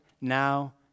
now